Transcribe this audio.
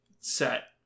set